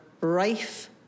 rife